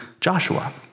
Joshua